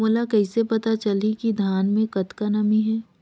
मोला कइसे पता चलही की धान मे कतका नमी हे?